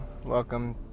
Welcome